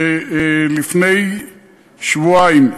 שלפני שבועיים,